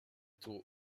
tôt